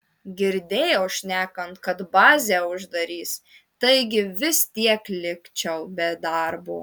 girdėjau šnekant kad bazę uždarys taigi vis tiek likčiau be darbo